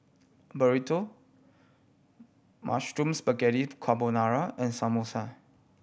Burrito Mushroom Spaghetti Carbonara and Samosa